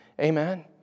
Amen